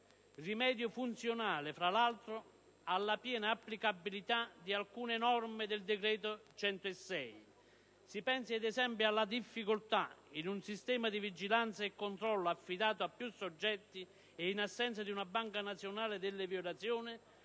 rimedio funzionale, tra l'altro, alla piena applicabilità di alcune norme del decreto legislativo n. 106 del 2009. Si pensi, ad esempio, alla difficoltà, in un sistema di vigilanza e controllo affidato a più soggetti e in assenza di una banca nazionale delle violazioni,